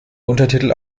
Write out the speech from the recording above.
untertitel